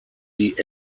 die